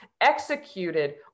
executed